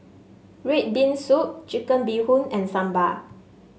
red bean soup Chicken Bee Hoon and Sambal